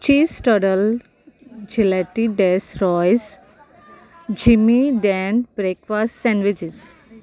चीज टॉडल जिलॅटी डॅस रॉयस झिमी डॅन ब्रेकफास्ट सँडवीचीस